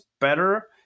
better